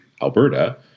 Alberta